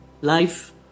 life